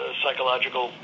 psychological